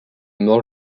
mort